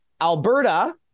alberta